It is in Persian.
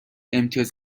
امتیاز